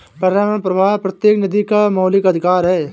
पर्यावरणीय प्रवाह प्रत्येक नदी का मौलिक अधिकार है